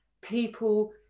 people